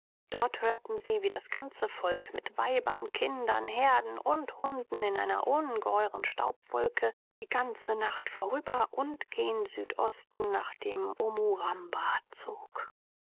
dort hörten sie wie das ganze volk mit weibern kindern herden und hunden in einer ungeheuren staubwolke die ganze nacht vorüber und gen südosten nach dem omuramba zog